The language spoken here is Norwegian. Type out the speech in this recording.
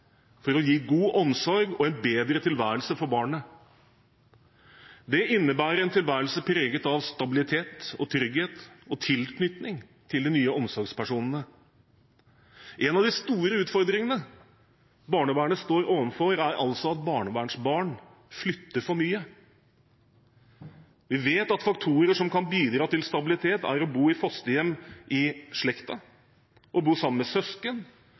for å gi god omsorg og en bedre tilværelse for barnet. Det innebærer en tilværelse preget av stabilitet, trygghet og tilknytning til de nye omsorgspersonene. En av de store utfordringene barnevernet står overfor, er at barnevernsbarn flytter for mye. Vi vet at faktorer som kan bidra til stabilitet, er å bo i fosterhjem i slekten, å bo sammen med søsken